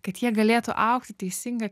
kad jie galėtų augti teisinga